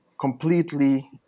completely